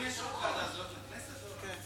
אם יש עוד ועדה, זה הולך לוועדת הכנסת או לא?